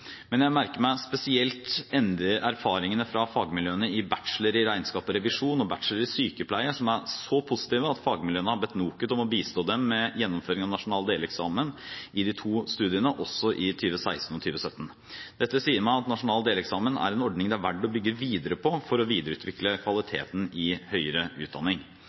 Men jeg merker meg spesielt erfaringene fra fagmiljøene i bachelor i regnskap og revisjon og bachelor i sykepleie, som er så positive at fagmiljøene har bedt NOKUT om å bistå dem med gjennomføring av nasjonal deleksamen i de to studiene også i 2016 og 2017. Dette sier meg at nasjonal deleksamen er en ordning det er verdt å bygge videre på for å videreutvikle kvaliteten i høyere utdanning.